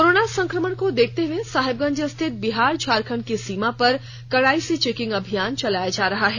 corona संक्रमण को देखते हुए साहेबगंज स्थित बिहार झारखंड की सीमा पर कड़ाई से चेकिंग अभियान चलाया जा रहा है